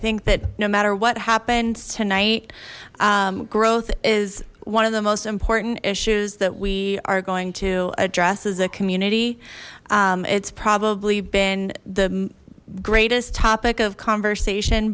think that no matter what happened tonight growth is one of the most important issues that we are going to address as a community it's probably been the greatest topic of conversation